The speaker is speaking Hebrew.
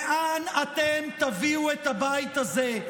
לאן אתם תביאו את הבית הזה?